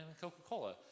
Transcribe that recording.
Coca-Cola